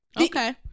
Okay